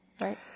right